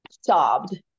sobbed